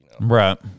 Right